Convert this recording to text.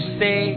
say